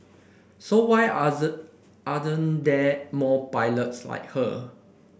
so why aren't there more pilots like her